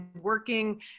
working